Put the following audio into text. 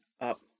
up